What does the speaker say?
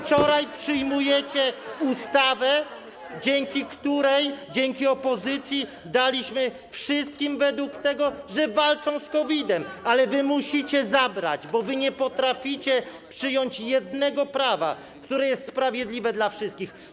Wczoraj przyjmujecie ustawę, dzięki której i dzięki opozycji daliśmy środki wszystkim według tego, że walczą z COVID-em, ale wy musicie zabrać, bo wy nie potraficie przyjąć jednego prawa, które jest sprawiedliwe dla wszystkich.